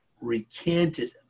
recanted